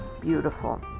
beautiful